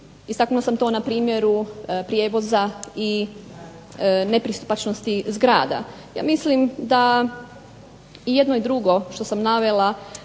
Istaknula sam to na primjeru prijevoza i nepristupačnosti zgrada. Ja mislim da jedno i drugo što sam navela